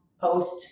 post